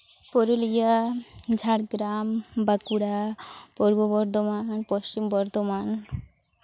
Purulia Jhargram Bankura Purba Bardhaman Paschim Bardhaman